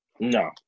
No